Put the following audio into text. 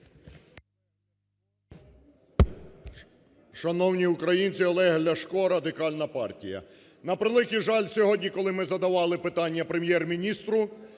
Шановні українці! Олег Ляшко, Радикальна партія. На превеликий жаль, сьогодні, коли ми задавали питання Прем'єр-міністру,